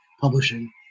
Publishing